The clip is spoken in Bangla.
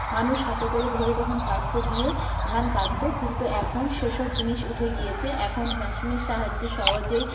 মানুষ হাতে করে ধরে তখন কাস্তে দিয়ে ধান কাটত কিন্তু এখন সেসব জিনিস উঠে গিয়েছে এখন মেশিনের সাহায্যে সহজেই